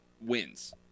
wins